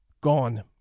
gone